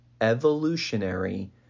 evolutionary